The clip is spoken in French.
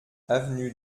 avenue